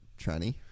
tranny